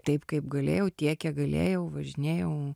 taip kaip galėjau tiek kiek galėjau važinėjau